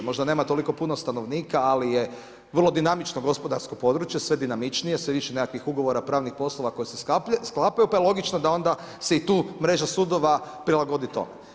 Možda nema toliko puno stanovnika, ali je vrlo dinamično gospodarsko područje, sve dinamičnije, sve više nekakvih ugovora, pravnih poslova koji se sklapaju, pa je logično da onda se i tu mreža sudova prilagodi tome.